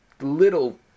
little